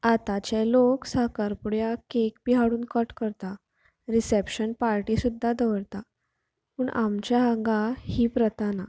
आताचे लोक साखरपुड्याक केक बी हाडून कट करता रिसॅप्शन पार्टी सुद्दां दवरतात पूण आमच्या हांगा ही प्रथा ना